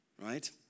right